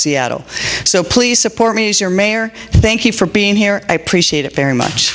seattle so please support me as your mayor thank you for being here i appreciate it very much